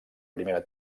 primera